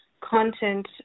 content